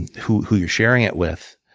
who who you're sharing it with,